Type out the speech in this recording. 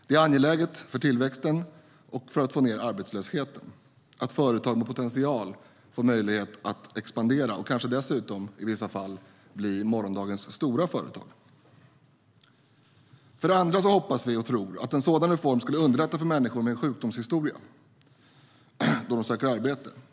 Det är angeläget för tillväxten och för att få ned arbetslösheten att företag med potential får möjlighet att expandera och kanske dessutom i vissa fall bli morgondagens stora företag. För det andra hoppas och tror vi att en sådan reform skulle underlätta för människor med en sjukdomshistoria då de söker arbete.